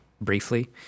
briefly